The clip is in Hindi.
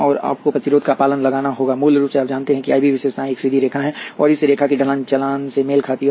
और आपको प्रतिरोध का पता लगाना होगा मूल रूप से आप जानते हैं कि I V विशेषताएँ एक सीधी रेखा हैं और इस रेखा की ढलान चालन से मेल खाती है